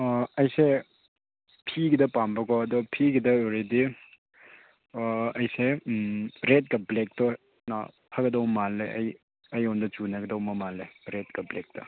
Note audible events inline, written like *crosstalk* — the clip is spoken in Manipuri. ꯑꯥ ꯑꯩꯁꯦ ꯐꯤꯒꯤꯗ ꯄꯥꯝꯕꯀꯣ ꯑꯗꯣ ꯐꯤꯒꯤꯗ *unintelligible* ꯑꯥ ꯑꯩꯁꯦ ꯔꯦꯗꯀ ꯕ꯭ꯂꯦꯛꯇꯨꯅ ꯐꯒꯗꯧ ꯃꯥꯜꯂꯦ ꯑꯩꯉꯣꯟꯗ ꯆꯨꯅꯒꯗꯧꯕ ꯃꯥꯜꯂꯦ ꯔꯦꯗꯀ ꯕ꯭ꯂꯦꯛꯇ